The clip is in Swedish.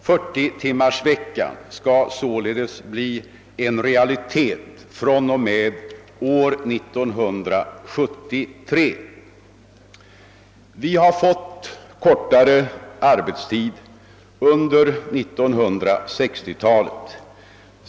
40-timmarsveckan skall således bli en realitet fr.o.m. år 1973. Vi har fått kortare arbetstid under 1960-talet.